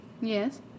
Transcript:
Yes